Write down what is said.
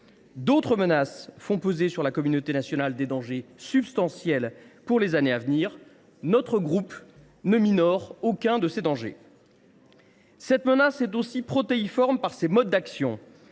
D’autres menaces font peser sur la communauté nationale des dangers substantiels pour les années à venir. Notre groupe n’en minore aucune. La menace terroriste est aussi protéiforme par ses modes d’action.